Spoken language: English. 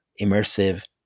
immersive